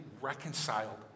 reconciled